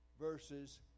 verses